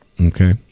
Okay